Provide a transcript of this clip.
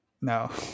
No